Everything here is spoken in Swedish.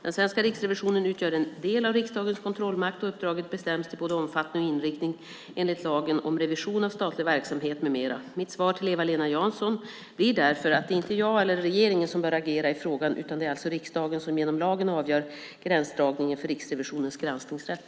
Den svenska Riksrevisionen utgör en del av riksdagens kontrollmakt, och uppdraget bestäms till både omfattning och inriktning enligt lagen om revision av statlig verksamhet m.m. Mitt svar till Eva-Lena Jansson blir därför att det inte är jag eller regeringen som bör agera i frågan, utan det är alltså riksdagen som genom lagen avgör gränsdragningen för Riksrevisionens granskningsrätt.